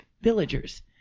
villagers